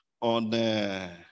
on